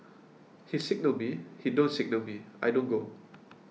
he signal me he don't signal me I don't go